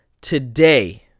today